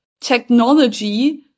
technology